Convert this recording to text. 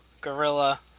Gorilla